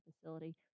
facility